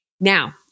Now